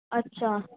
ਅੱਛਾ